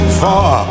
far